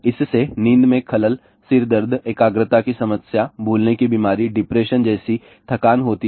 इससे नींद में खलल सिरदर्द एकाग्रता की समस्या भूलने की बीमारी डिप्रेशन जैसी थकान होती है